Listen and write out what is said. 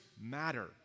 matter